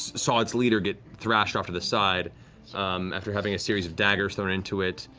saw its leader get thrashed off to the side um after having a series of daggers thrown into it.